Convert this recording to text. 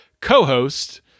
co-host